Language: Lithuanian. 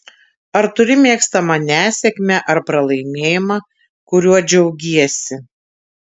ar turi mėgstamą nesėkmę arba pralaimėjimą kuriuo džiaugiesi